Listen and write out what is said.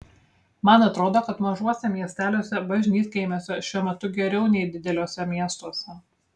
man atrodo kad mažuose miesteliuose bažnytkaimiuose šiuo metu geriau nei dideliuose miestuose